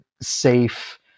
safe